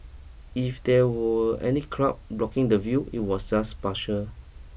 if there were any cloud blocking the view it was just partial